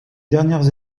dernières